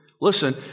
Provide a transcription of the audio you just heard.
listen